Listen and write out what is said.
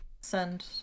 send